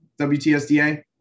WTSDA